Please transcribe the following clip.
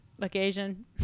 occasion